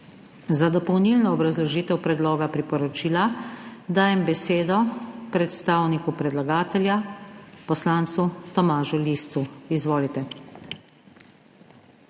Za dopolnilno obrazložitev predloga priporočila dajem besedo predstavniku predlagatelja, poslancu Tomažu Liscu. Izvolite.